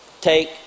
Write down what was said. take